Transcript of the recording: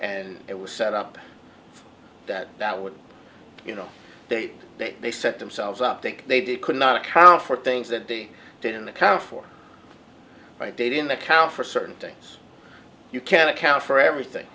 and it was set up that that would you know they they they set themselves up take they did could not account for things that they did in the car for i did in the count for certain things you can't account for everything